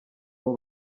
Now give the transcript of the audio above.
abo